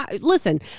Listen